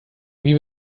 wie